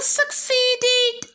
succeeded